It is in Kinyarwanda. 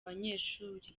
banyeshuri